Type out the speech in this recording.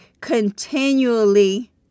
continually